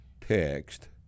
text